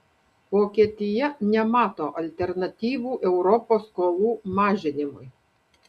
vokietija nemato alternatyvų europos skolų mažinimui